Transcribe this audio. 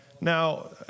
Now